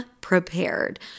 prepared